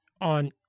on